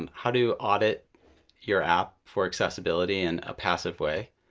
um how to audit your app for accessibility in a passive way,